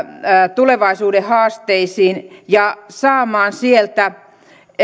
tulevaisuuden haasteisiin ja saamaan sieltä